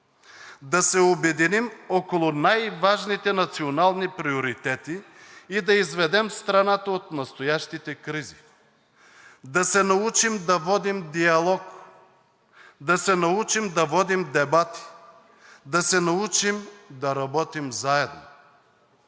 да се обединим около най-важните национални приоритети и да изведем страната от настоящите кризи, да се научим да водим диалог, да се научим да водим дебати, да се научим да работим заедно.